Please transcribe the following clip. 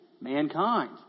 mankind